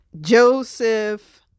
Joseph